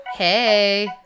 Hey